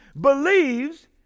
believes